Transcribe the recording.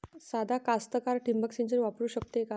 सादा कास्तकार ठिंबक सिंचन वापरू शकते का?